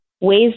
ways